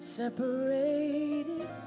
separated